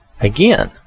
again